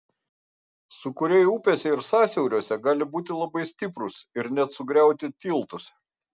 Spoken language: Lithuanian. sūkuriai upėse ir sąsiauriuose gali būti labai stiprūs ir net sugriauti tiltus